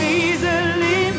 easily